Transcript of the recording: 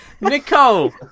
Nicole